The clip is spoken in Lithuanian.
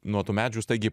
nuo tų medžių staigiai